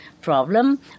problem